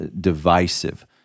divisive